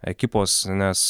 ekipos nes